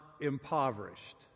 impoverished